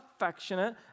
affectionate